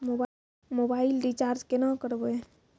Mobile recharge केना करबै?